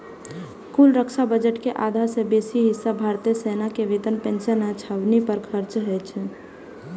कुल रक्षा बजट के आधा सं बेसी हिस्सा भारतीय सेना के वेतन, पेंशन आ छावनी पर खर्च होइ छै